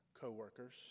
co-workers